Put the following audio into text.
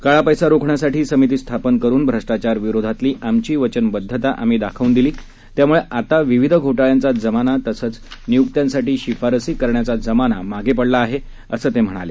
काळा पैसा रोखण्यासाठी समिती स्थापन करून भ्रष्टाचाराविरोधातली आमची वचनबद्धता आम्ही दाखवून दिली त्यामुळे आता विविध घोटाळ्यांचा जमाना तसच नियुक्त्यांसाठी शिफारशी करण्याचा जमाना आता मागे पडला आहे असंही त्यांनी सांगितलं